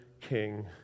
king